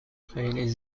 خیلی